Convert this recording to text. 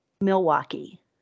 Milwaukee